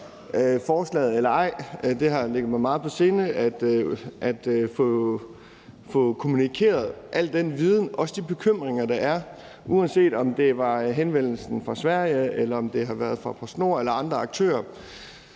forslaget eller ej. Det har ligget mig meget på sinde at få kommunikeret al den viden og de bekymringer, der er, uanset om det var henvendelsen fra Sverige eller fra Post Nord eller andre aktører.